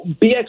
BX